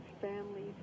families